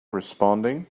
responding